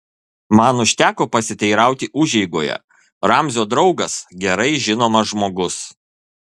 man užteko pasiteirauti užeigoje ramzio draugas gerai žinomas žmogus